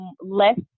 less